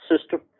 system